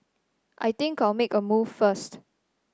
I think I'll make a move first